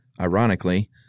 ironically